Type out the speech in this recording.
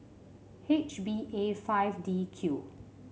H B A five D Q